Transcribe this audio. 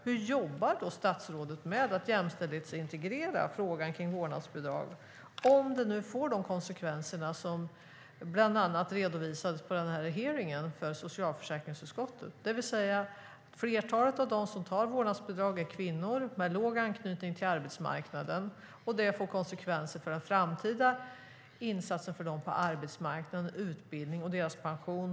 Hur jobbar då statsrådet med att jämställdhetsintegrera frågan om vårdnadsbidrag, om det nu får de konsekvenser som bland annat redovisades på socialförsäkringsutskottets hearing? Flertalet av dem som väljer vårdnadsbidrag är kvinnor med låg anknytning till arbetsmarknaden, och det får konsekvenser för framtida insatser för dem på arbetsmarknaden, för deras utbildning och för deras pension.